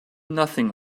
nothing